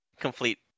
complete